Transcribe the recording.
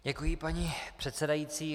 Děkuji, paní předsedající.